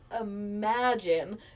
imagine